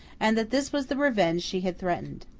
and that this was the revenge she had threatened.